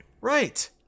Right